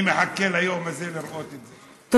אני מחכה ליום הזה לראות את זה.